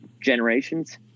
generations